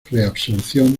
reabsorción